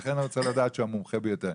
לכן אני רוצה לדעת שהוא המומחה ביותר,